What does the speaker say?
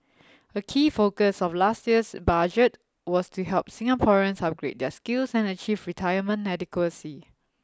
a key focus of last year's budget was to help Singaporeans upgrade their skills and achieve retirement adequacy